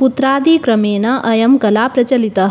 पुत्रादिक्रमेण अयं कला प्रचलिता